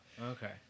Okay